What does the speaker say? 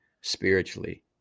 spiritually